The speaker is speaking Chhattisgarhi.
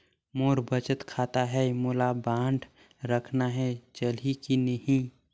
मोर बचत खाता है मोला बांड रखना है चलही की नहीं?